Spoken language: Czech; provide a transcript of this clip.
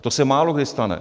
To se málokdy stane.